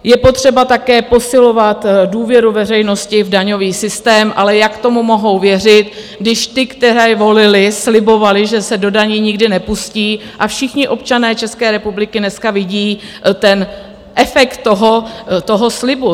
Je potřeba také posilovat důvěru veřejnosti v daňový systém, ale jak tomu mohou věřit, když ti, které volili, slibovali, že se do daní nikdy nepustí, a všichni občané České republiky dneska vidí efekt toho slibu.